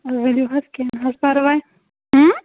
ؤلو حظ کینٛہہ نہ حظ پرواے ہۭم